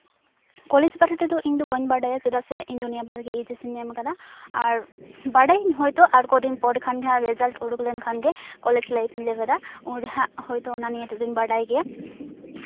college ᱵᱟᱨᱮ ᱛᱮᱫᱚ ᱤᱧᱫᱚ ᱵᱟᱹᱧ ᱵᱟᱰᱟᱭᱟ ᱪᱮᱫᱟᱜ ᱥᱮ ᱤᱧᱫᱚ ᱱᱤᱭᱟᱹᱵᱟᱨ ᱜᱮ ᱮᱭᱤᱪ ᱮᱥ ᱤᱧ ᱮᱢ ᱟᱠᱟᱫᱟ ᱟᱨ ᱵᱟᱰᱟᱭᱟᱧ ᱦᱚᱭᱛᱳ ᱟᱨ ᱠᱚᱫᱤᱱ ᱯᱚᱨ ᱠᱷᱟᱱᱜᱮ ᱦᱟᱸᱜ ᱨᱮᱡᱟᱞᱴ ᱩᱰᱩᱠ ᱞᱮᱱᱠᱷᱟᱱᱜᱮ ᱠᱚᱞᱮᱡᱽ ᱞᱟᱭᱤᱯᱷ ᱤᱧ ᱞᱮᱵᱮᱫᱟ ᱚᱸᱰᱮ ᱦᱟᱸᱜ ᱦᱚᱭᱛᱳ ᱚᱱᱟ ᱱᱤᱭᱮ ᱛᱮᱫᱚᱧ ᱵᱟᱰᱟᱭ ᱜᱮᱭᱟ